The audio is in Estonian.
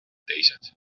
teised